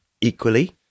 equally